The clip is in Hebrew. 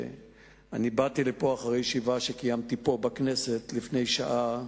שאני באתי לפה אחרי ישיבה שקיימתי פה בכנסת לפני שעה